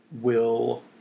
will-